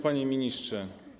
Panie Ministrze!